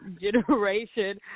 generation